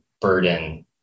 burden